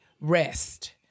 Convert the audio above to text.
rest